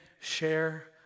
share